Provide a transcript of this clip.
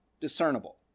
discernible